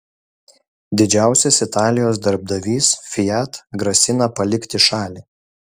didžiausias italijos darbdavys fiat grasina palikti šalį